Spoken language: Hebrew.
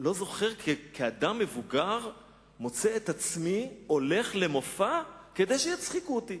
אני לא זוכר כאדם מבוגר שאני מוצא את עצמי הולך למופע כדי שיצחיקו אותי.